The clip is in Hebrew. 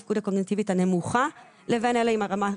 התפקוד הקוגניטיבית הנמוכה לבין אלה עם הרמה הגבוהה.